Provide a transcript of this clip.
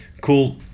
cool